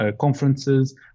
conferences